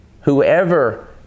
Whoever